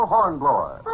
Hornblower